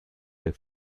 der